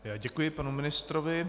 Já děkuji panu ministrovi.